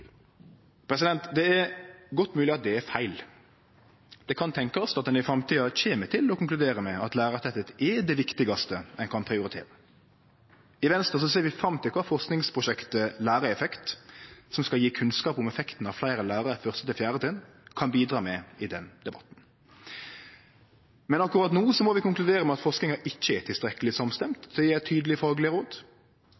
Det er godt mogleg at det er feil. Det kan tenkast at ein i framtida kjem til å konkludere med at lærartettleik er det viktigaste ein kan prioritere. I Venstre ser vi fram til kva forskingsprosjektet LÆREEFFEKT, som skal gi kunnskap om effekten av fleire lærarar på 1.–4. trinn, kan bidra med i den debatten. Men akkurat no må vi konkludere med at forskinga ikkje er tilstrekkeleg